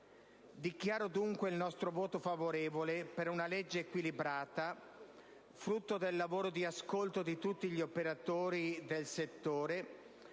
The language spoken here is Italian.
Dichiaro dunque il nostro voto favorevole ad una legge equilibrata, frutto del lavoro di ascolto di tutti gli operatori del settore